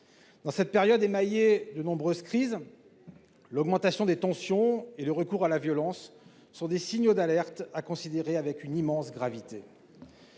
Dans cette période émaillée de nombreuses crises, l'augmentation des tensions et le recours à la violence sont des signaux d'alerte à considérer avec une immense gravité.